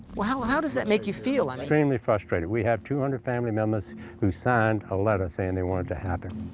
well, how does that make you feel? extremely frustrated. we have two hundred family members who signed a letter saying they wanted it to happen.